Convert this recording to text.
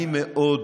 אני מאוד